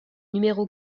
numéro